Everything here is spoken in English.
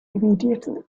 immediately